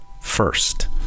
first